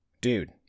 Dude